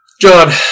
John